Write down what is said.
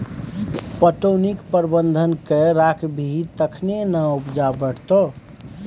पटौनीक प्रबंधन कए राखबिही तखने ना उपजा बढ़ितौ